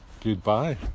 Goodbye